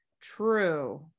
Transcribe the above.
True